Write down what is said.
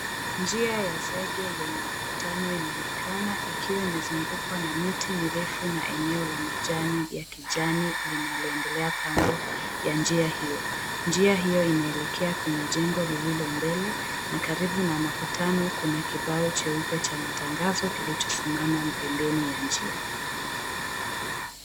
Njia ya zege yenye makutano inaonekana ikiwa imezungukwa na miti mirefu na eneo la majani ya kijani linaloendelea kando ya njia hiyo. Njia hiyo inaelekea kwenye jengo lililo mbele na karibu na makutano kuna kibao cheupe cha matangazo kilichosimama pembeni ya njia.